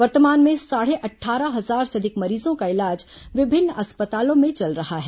वर्तमान में साढ़े अट्ठारह हजार से अधिक मरीजों का इलाज विभिन्न अस्पतालों में चल रहा है